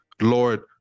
Lord